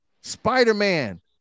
Spider-Man